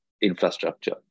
infrastructure